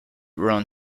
run